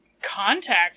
Contact